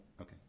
Okay